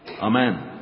Amen